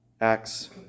Acts